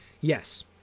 Yes